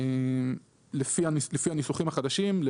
לפי הניסוחים החדשים,